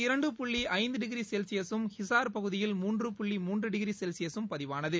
இரண்டு புள்ளிஐந்துடிகிரிசெல்ஸியசும் ஹிசார் பகுதியில் அங்கு மூன்று புள்ளி மூன்றுடிகிரிசெல்ஸியசும் பதிவானது